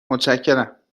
متشکرم